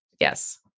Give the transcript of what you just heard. Yes